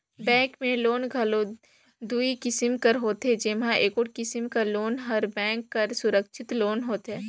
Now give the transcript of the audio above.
bank में loan घलो दुई किसिम कर होथे जेम्हां एगोट किसिम कर लोन हर बेंक बर सुरक्छित लोन होथे